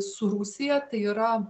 su rusija tai yra